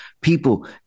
people